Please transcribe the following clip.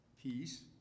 peace